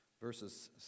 Verses